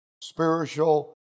spiritual